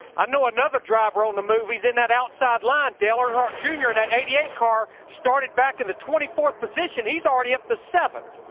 i know another driver on the move, he's in that outside line, dale earnhardt jr. in that eighty eight car. started back at the twenty fourth position. he's already up to seventh.